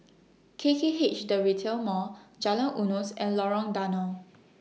K K H The Retail Mall Jalan Eunos and Lorong Danau